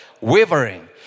wavering